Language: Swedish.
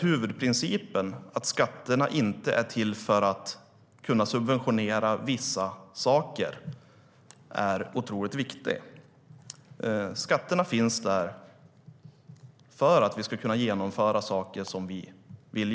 Huvudprincipen att skatterna inte är till för att subventionera vissa saker är viktig. Skatterna finns där för att vi ska kunna genomföra de saker vi vill.